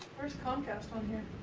where's comcast on here?